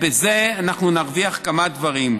בזה אנחנו נרוויח כמה דברים.